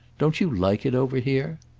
don't you like it over here?